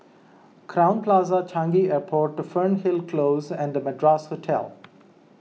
Crowne Plaza Changi Airport Fernhill Close and Madras Hotel